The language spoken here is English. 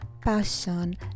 passion